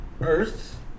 earth